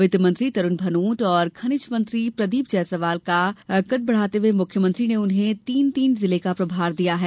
वित्तमंत्री तरूण भानोट और खनिज मंत्री प्रदीप जायसवाल का कट बढ़ाते हुए मुख्यमंत्री ने उन्हें तीन तीन जिले का प्रभार दिया है